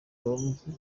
producer